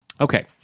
Okay